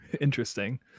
interesting